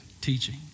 teaching